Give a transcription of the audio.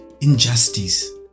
injustice